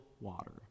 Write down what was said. water